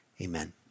Amen